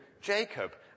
Jacob